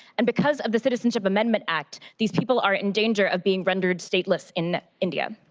and because of the citizenship amendment act, these people are in danger of being rendered stateless in india.